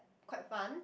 quite fun